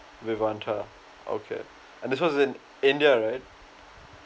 vivanta okay and this was in india right